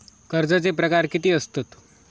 कर्जाचे प्रकार कीती असतत?